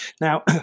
Now